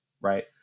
right